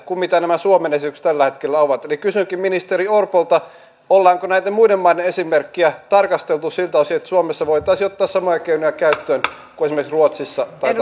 kuin mitä nämä suomen esitykset tällä hetkellä ovat eli kysynkin ministeri orpolta ollaanko näiden muiden maiden esimerkkiä tarkasteltu siltä osin että suomessa voitaisiin ottaa käyttöön samoja keinoja kuin esimerkiksi ruotsissa tai